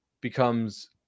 becomes